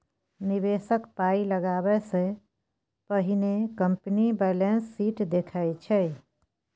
निबेशक पाइ लगाबै सँ पहिने कंपनीक बैलेंस शीट देखै छै